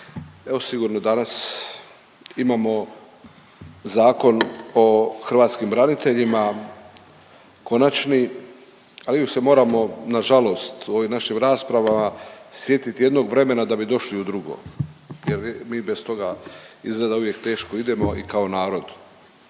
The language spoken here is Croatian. Evo sigurno danas imamo Zakon o hrvatskim braniteljima konačno, ali uvijek se moramo na žalost u ovim našim raspravama sjetiti jednog vremena da bi došli u drugo jer mi bez toga izgleda uvijek teško idemo i kao narod.